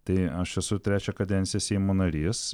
tai aš esu trečią kadenciją seimo narys